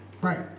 right